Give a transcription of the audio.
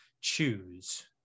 Choose